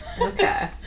Okay